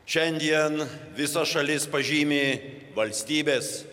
šiandien visa šalis pažymi valstybės